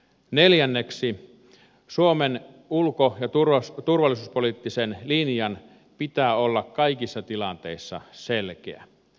neljänneksi suomen ulko ja turvallisuuspoliittisen linjan pitää olla kaikissa tilanteissa selkeä